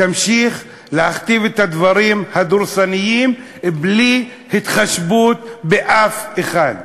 תמשיך להכתיב את הדברים הדורסניים בלי התחשבות באף אחד.